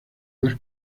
más